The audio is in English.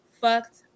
fucked